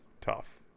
tough